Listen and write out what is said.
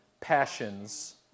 passions